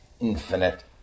infinite